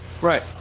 Right